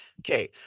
Okay